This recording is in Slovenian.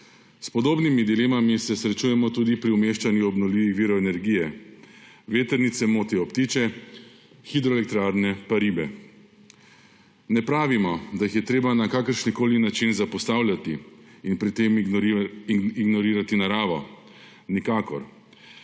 S podobnimi dilema se srečujemo tudi pri umeščanju obnovljivih virov energije. Vetrnice motijo ptiče, hidroelektrarne pa ribe. Ne pravimo, da jih je treba na kakršenkoli način zapostavljati in pri tem ignorirati naravo. Nikakor!